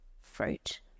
fruit